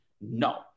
No